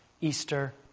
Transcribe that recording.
Easter